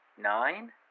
nine